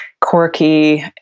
quirky